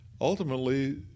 ultimately